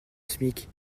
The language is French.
smic